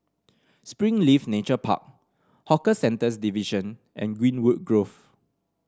Springleaf Nature Park Hawker Centres Division and Greenwood Grove